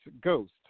Ghost